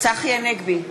צחי הנגבי,